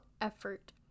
effort